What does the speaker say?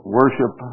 worship